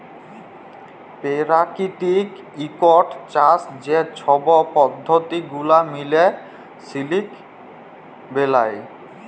পেরাকিতিক ইকট চাষ যে ছব পদ্ধতি গুলা মিলে সিলিক বেলায়